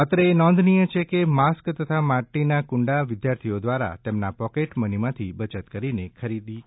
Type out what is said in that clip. અત્રે એ નોંધનીય છે કે માસ્ક તથા માટીનાં કુંડા વિદ્યાર્થીઓ દ્વારા તેમનાં પોકેટ મનીમાંથી બચત કરીને ખરીદવામાં આવ્યા છે